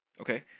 Okay